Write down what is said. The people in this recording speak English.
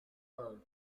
are